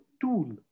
tool